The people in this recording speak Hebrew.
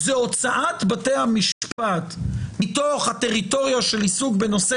זה הוצאת בתי המשפט מתוך הטריטוריה של עיסוק בנושא